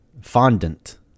Fondant